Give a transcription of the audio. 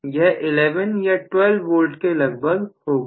यह 11 या 12 वोल्ट के लगभग होगी